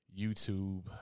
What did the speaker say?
YouTube